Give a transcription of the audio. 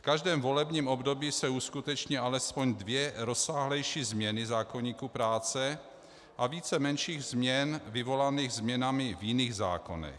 V každém volebním období se uskuteční alespoň dvě rozsáhlejší změny zákoníku práce a více menších změn vyvolaných změnami v jiných zákonech.